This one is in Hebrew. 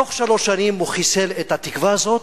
תוך שלוש שנים הוא חיסל את התקווה הזאת,